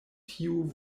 tiu